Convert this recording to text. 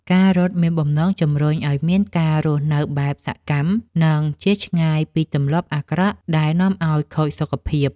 ការរត់មានបំណងជម្រុញឱ្យមានការរស់នៅបែបសកម្ម និងការជៀសឆ្ងាយពីទម្លាប់អាក្រក់ដែលនាំឱ្យខូចសុខភាព។